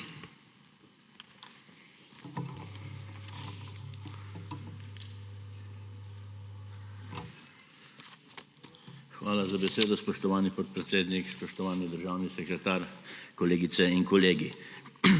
Hvala za besedo, spoštovani podpredsednik. Spoštovani državni sekretar, kolegice in kolegi!